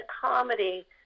comedy